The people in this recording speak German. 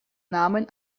namen